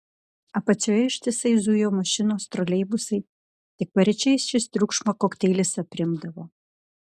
apačioje ištisai zujo mašinos troleibusai tik paryčiais šis triukšmo kokteilis aprimdavo